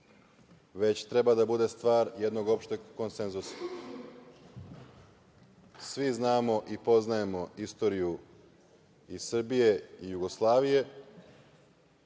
već treba da bude stvar jednog opšteg konsenzusa. Svi znamo i poznajemo istoriju i Srbije i Jugoslavije